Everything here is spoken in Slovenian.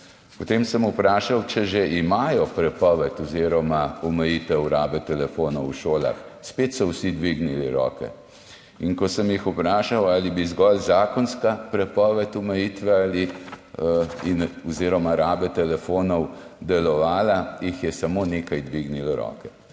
Potem sem vprašal, če že imajo prepoved oziroma omejitev rabe telefonov v šolah. Spet so vsi dvignili roke. Ko sem jih vprašal, ali bi delovala zgolj zakonska prepoved oziroma omejitev rabe telefonov, jih je samo nekaj dvignilo roke.